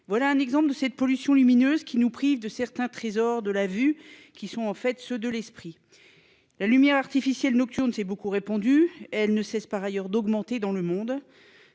Voilà un exemple de cette pollution lumineuse qui nous prive de certains trésors de la vue qui sont, en fait, ceux de l'esprit. La lumière artificielle nocturne s'est beaucoup répandu. Elle ne cesse par ailleurs d'augmenter dans le monde.